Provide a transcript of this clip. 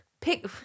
pick